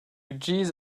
geese